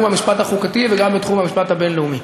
המשפט החוקתי וגם בתחום המשפט הבין-לאומי,